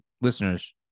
listeners